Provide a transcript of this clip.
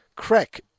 Crack